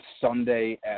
Sunday